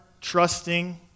trusting